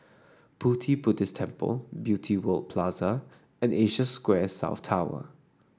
Pu Ti Buddhist Temple Beauty World Plaza and Asia Square South Tower